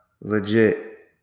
legit